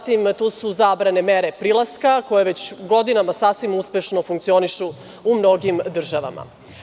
Tu su zabrane mere prilaska koje već godinama sasvim uspešno funkcionišu u mnogim državama.